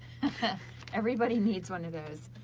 everybody needs one of those.